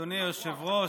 אדוני היושב-ראש,